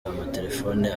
amatelefone